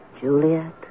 Juliet